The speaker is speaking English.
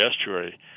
Estuary